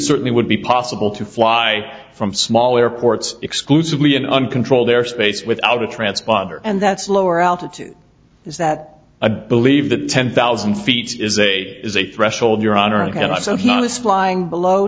certainly would be possible to fly from small airports exclusively in uncontrolled airspace without a transponder and that's a lower altitude is that a believe that ten thousand feet is a is a threshold your honor and i said no this flying below